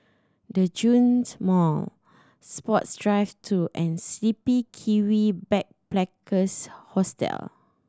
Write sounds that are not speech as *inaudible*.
Djitsun Mall Sports Drive Two and The Sleepy Kiwi *unintelligible* Hostel